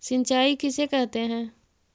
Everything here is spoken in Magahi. सिंचाई किसे कहते हैं?